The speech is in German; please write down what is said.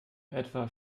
etwa